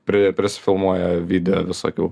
prie prisifilmuoja video visokių